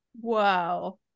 Wow